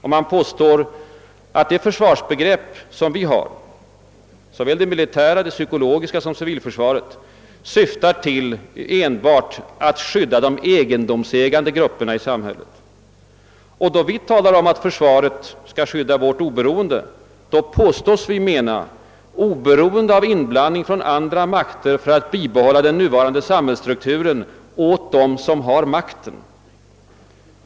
Man påstår att det försvar som vi har, såväl det militära, det psykologiska som det civila, enbart syftar till att skydda de egendomsägande grupperna i samhället, och då vi talar om att försvaret skall skydda vårt oberoende påstås vi mena oberoende av inblandning från andra makter för att bibehålla den nuvarande samhällsstrukturen åt dem som har makten.